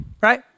right